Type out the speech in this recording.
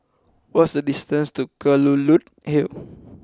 what is the distance to Kelulut Hill